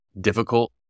difficult